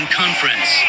conference